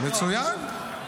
מצוין.